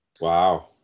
Wow